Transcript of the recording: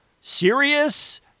serious